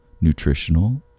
nutritional